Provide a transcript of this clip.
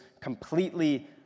completely